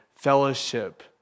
Fellowship